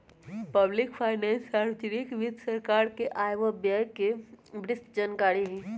public finance सार्वजनिक वित्त सरकार के आय व व्यय के विस्तृतजानकारी हई